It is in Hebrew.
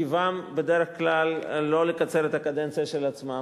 טבעם בדרך כלל לא לקצר את הקדנציה של עצמם,